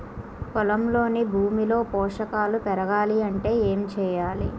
పొలంలోని భూమిలో పోషకాలు పెరగాలి అంటే ఏం చేయాలి?